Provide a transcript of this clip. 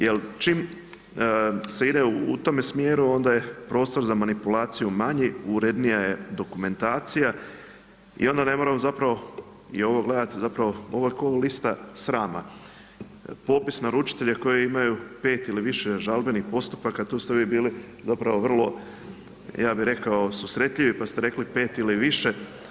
Jer čim se ide u tome smjeru onda je prostor za manipulaciju manji, urednija je dokumentacija i onda ne moramo zapravo i ovo gledati, zapravo ovo je kao lista srama, popisi naručitelja koji imaju 5 ili više žalbenih postupaka tu ste vi bili zapravo vrlo ja bih rekao susretljivi pa ste rekli 5 ili više.